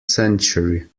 century